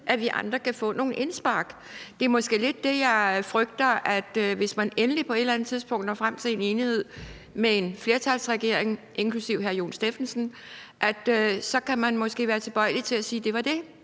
at vi andre kan få lov at give nogle indspark. Det er måske lidt det, jeg frygter vi ikke kan, nemlig at man, hvis man endelig på et eller andet tidspunkt når frem til en enighed med en flertalsregering, inklusive hr. Jon Stephensen, måske kan være tilbøjelig til at sige: Det var det.